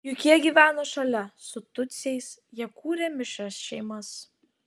juk jie gyveno šalia su tutsiais jie kūrė mišrias šeimas